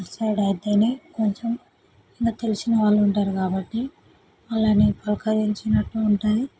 ఇటు సైడ్ అయితేనే కొంచెం ఇలా తెలిసిన వాళ్ళు ఉంటారు కాబట్టి వాళ్ళని పలకరించినట్టు ఉంటుంది